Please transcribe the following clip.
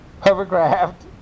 Hovercraft